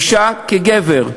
אישה כגבר.